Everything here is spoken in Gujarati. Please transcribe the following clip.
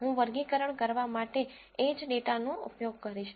હું વર્ગીકરણ કરવા માટે એ જ ડેટાનો જ ઉપયોગ કરીશ